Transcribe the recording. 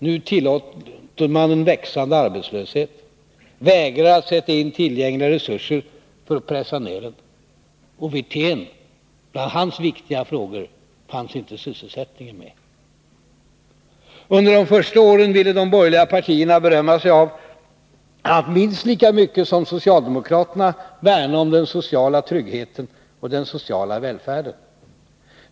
Nu tillåter man en växande arbetslöshet och vägrar att sätta in tillgängliga resurser för att pressa ner den. Och bland Rolf Wirténs viktiga frågor fanns inte sysselsättningen med. Under de första åren ville de borgerliga partierna berömma sig av att minst lika mycket som socialdemokraterna värna om den sociala tryggheten och den sociala välfärden.